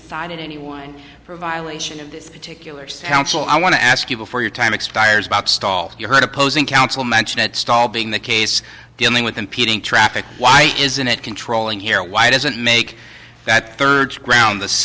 cited anyone for violation of this particular satchel i want to ask you before your time expires about stall you heard opposing counsel mention that stall being the case dealing with impeding traffic why isn't it controlling here why does it make that third ground